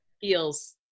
feels